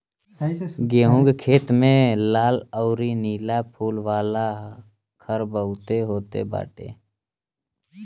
गेंहू के खेत में लाल अउरी नीला फूल वाला खर बहुते होत बाटे